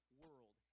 world